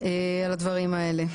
על הדברים האלה.